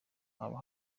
haba